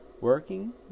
working